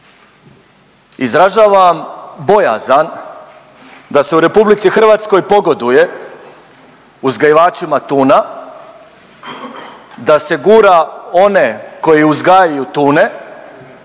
izražavam bojazan da se u RH pogoduje uzgajivačima tuna, da se gura one koji uzgajaju tune,